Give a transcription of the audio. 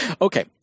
Okay